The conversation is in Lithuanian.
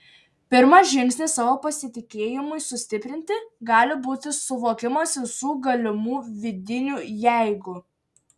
pirmas žingsnis savo pasitikėjimui sustiprinti gali būti suvokimas visų galimų vidinių jeigu